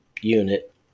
unit